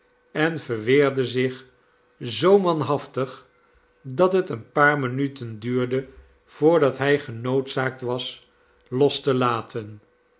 en verweerde zich zoo manhaftig dat het een paar minuten duurde voordat hij genoodzaakt was los te laten